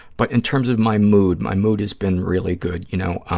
but in terms of my mood, my mood has been really good. you know,